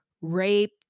rape